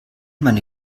meine